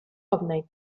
nature